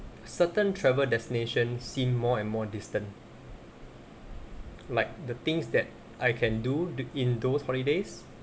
certain travel destination seem more and more distant like the things that I can do the in those holidays